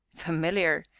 familiar?